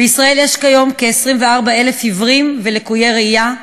בישראל יש כיום כ-24,000 עיוורים ולקויי ראייה.